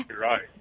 right